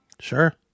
sure